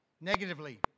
negatively